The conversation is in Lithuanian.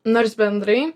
nors bendrai